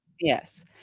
Yes